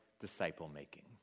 disciple-making